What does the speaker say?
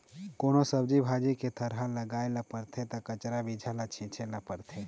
कोनो सब्जी भाजी के थरहा लगाए ल परथे त कखरा बीजा ल छिचे ल परथे